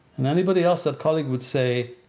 and anybody else, that colleague would say,